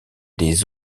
des